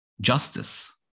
justice